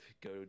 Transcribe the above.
go